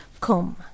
Come